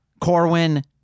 Corwin